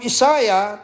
Isaiah